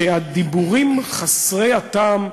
שהדיבורים חסרי הטעם,